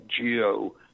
geo